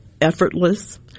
effortless